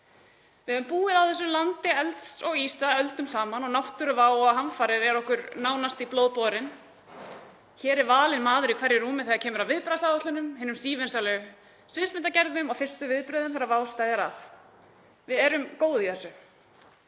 Við höfum búið á þessu landi elds og ísa öldum saman og náttúruvá og hamfarir eru okkur nánast í blóð borin. Hér er valinn maður í hverju rúmi þegar kemur að viðbragðsáætlunum, hinum sívinsælu sviðsmyndagerðum og fyrstu viðbrögðum þegar vá steðjar að. Við erum góð í þessu.